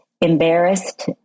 embarrassed